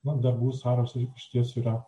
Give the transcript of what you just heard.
na darbų sąrašas išties yra